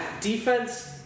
defense